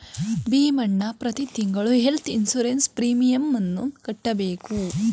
ಭೀಮಣ್ಣ ಪ್ರತಿ ತಿಂಗಳು health insurance ಪ್ರೀಮಿಯಮನ್ನು ಕಟ್ಟಬೇಕು